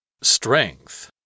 Strength